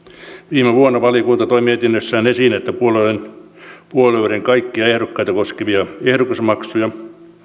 viime vuonna valiokunta toi mietinnössään esiin että puolueiden kaikkia ehdokkaita koskevia ehdokasmaksuja